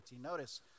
Notice